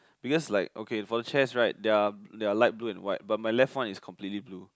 because like okay for chairs right their their light blue and white but my left one is complete blue